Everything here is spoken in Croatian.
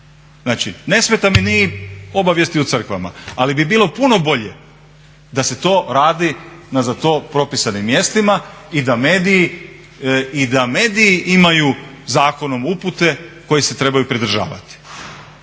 Znači, ne smeta mi ni obavijesti u crkvama. Ali bi bilo puno bolje da se to radi na za to propisanim mjestima i da mediji imaju zakonom upute kojih se trebaju pridržavati.